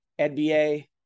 NBA